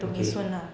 okay